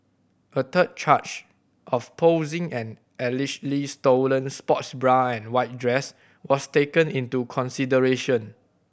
a third charge of posing an allegedly stolen sports bra and white dress was taken into consideration